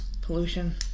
Pollution